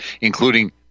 including